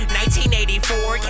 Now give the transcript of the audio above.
1984